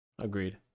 Agreed